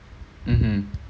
mmhmm